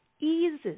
eases